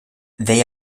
they